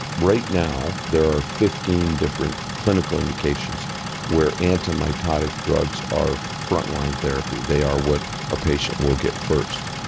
right now there are fifteen different clinical indications where antimitotic drugs are front-line therapy, they are what a patient will get first.